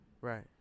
Right